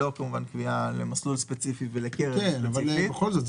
לא קביעה של מסלול ספציפי וקרן ספציפית.